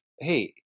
hey